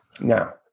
Now